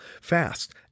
fast